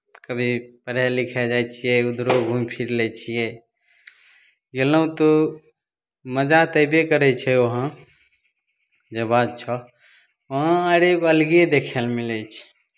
कभी पढ़य लिखय जाइ छियै उधरो घुमि फिरि लै छियै गेलहुँ तऽ मजा तऽ अयबे करै छै वहाँ जे बात छह वहाँ आर एगो अलगे देखय लेल मिलै छै